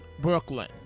Brooklyn